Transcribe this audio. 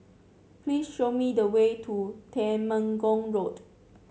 please show me the way to Temenggong Road